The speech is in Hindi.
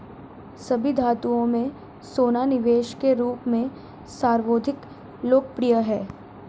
सभी धातुओं में सोना निवेश के रूप में सर्वाधिक लोकप्रिय है